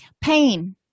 Pain